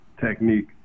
technique